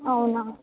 అవునా